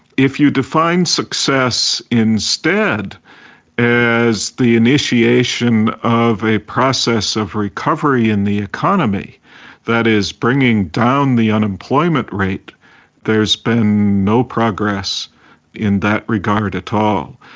if you define success instead as the initiation of a process of recovery in the economy that is, bringing down the unemployment rate there's been no progress in that regard at all.